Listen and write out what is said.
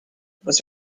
was